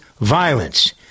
violence